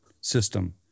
system